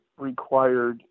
required